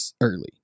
early